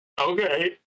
Okay